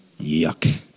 Yuck